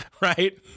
Right